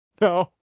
No